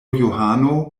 johano